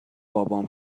بابام